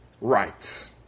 rights